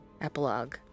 epilogue